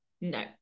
No